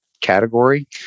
category